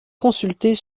consulter